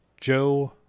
Joe